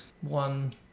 One